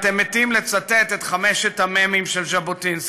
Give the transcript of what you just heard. אתם מתים לצטט את חמשת המ"מים של ז'בוטינסקי: